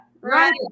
Right